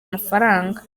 amafaranga